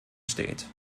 steht